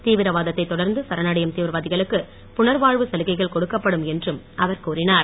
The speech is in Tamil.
தீவிரவாதத்தை தொடர்ந்து சரணடையும் தீவிரவாதிகளுக்கு புணர்வாழ்வு சலுகைகள் கொடுக்கப்படும் என்றும் அவர் கூறினார்